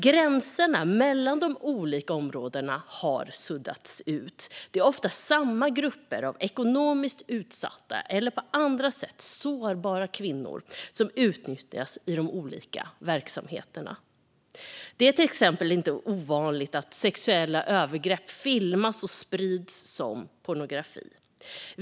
Gränserna mellan de olika områdena har suddats ut, och det är ofta samma grupper av ekonomiskt utsatta eller på andra sätt sårbara kvinnor som utnyttjas i de olika verksamheterna. Det är till exempel inte ovanligt att sexuella övergrepp filmas och sprids som pornografi.